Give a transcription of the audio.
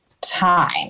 time